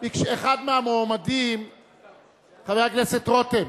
חבר הכנסת רותם,